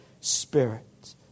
spirit